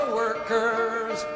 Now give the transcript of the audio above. workers